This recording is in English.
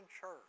church